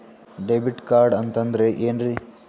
Debit card ಅಂತಂದ್ರೆ ಏನ್ರೀ?